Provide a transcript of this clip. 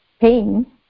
pain